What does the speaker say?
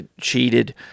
cheated